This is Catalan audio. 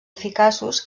eficaços